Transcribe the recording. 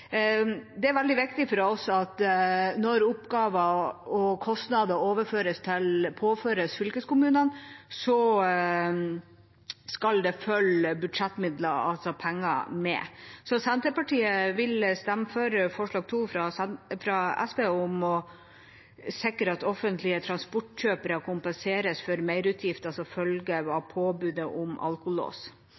Det er veldig viktig for oss at når oppgaver og kostnader påføres fylkeskommunene, skal det følge med budsjettmidler, altså penger. Så Senterpartiet vil stemme for forslag nr. 2, fra SV, i sak nr. 10, om å «sikre at offentlige transportkjøpere kompenseres for merutgiftene som følger av påbudet om alkolås».